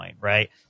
Right